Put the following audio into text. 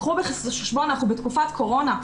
קחו בחשבון, אנחנו בתקופת קורונה.